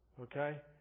Okay